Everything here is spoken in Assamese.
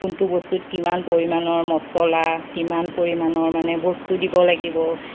কোনটো বস্তুত কিমান পৰিমাণৰ মচলা কিমান পৰিমাণৰ মানে বস্তু দিব লাগিব